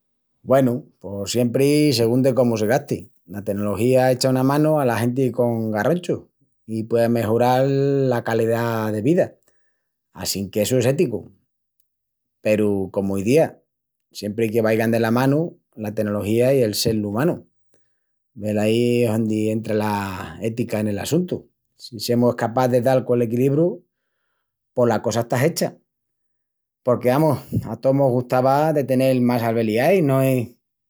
Güenu, pos siempri i sigún de cómu se gasti, la tenologia echa una manu ala genti con garronchus,i puei amejoral la calidá de vida, assinqu essu es éticu. Peru, comu izía, siempri que vaigan dela manu la tenología i el sel umanu. Velaí es ondi entra la ética nel assuntu. Si semus escapás de dal col equilibru pos la cosa está hecha. Porque, amus, a tós mos gustava de tenel más albeliais, no es?